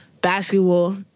basketball